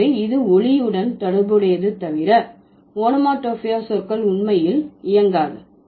எனவே இது ஒலியுடன் தொடர்புடையது தவிர ஓனோமடோபாயிக் சொற்கள் உண்மையில் இயங்காது